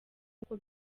nkuko